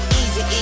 easy